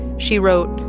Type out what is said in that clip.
she wrote,